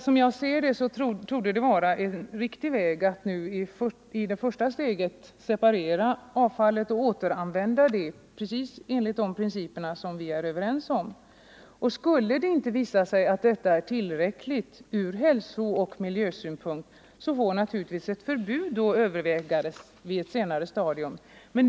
Som jag ser det torde det vara en riktig väg att nu i det första steget separera avfallet och återanvända det, precis enligt de principer som vi är överens om. Skulle det visa sig att detta inte är tillräckligt ur hälsooch miljösynpunkt får naturligtvis ett förbud övervägas på ett senare stadium.